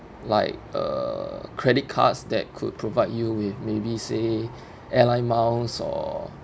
like uh credit cards that could provide you with maybe say airline miles or